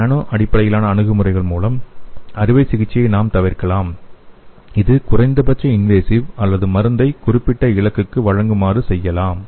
நானோ அடிப்படையிலான அணுகுமுறைகள் மூலம் அறுவை சிகிச்சையை நாம் தவிர்க்கலாம் இது குறைந்தபட்ச இன்வேசிவ் அல்லது மருந்தை குறிப்பிட்ட இலக்குக்கு வழங்குமாறு செய்யலாம்